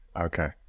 Okay